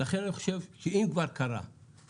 לכן אני חושב שאם כבר קרה,